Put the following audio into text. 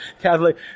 Catholic